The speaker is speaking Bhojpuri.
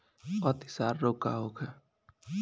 अतिसार रोग का होखे?